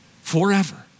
forever